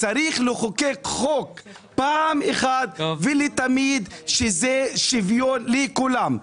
צריך לחוקק אחת ולתמיד, חוק שיהיה שוויון לכולם.